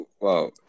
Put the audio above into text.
Wow